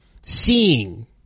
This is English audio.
seeing